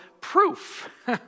proof